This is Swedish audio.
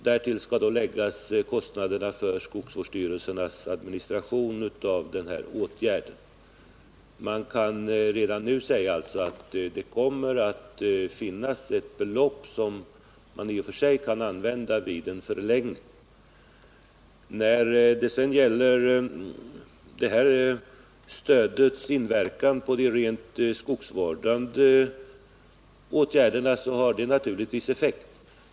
Därtill skall då läggas kostnaderna för skogsvårdsstyrelsernas administration av den här åtgärden. Vi kan alltså redan nu säga att det kommer att finnas ett belopp som man i och för sig kan använda vid en förlängning. När det gäller inverkan på de rent skogsvårdande åtgärderna har det här stödet naturligtvis effekt.